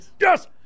Yes